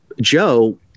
Joe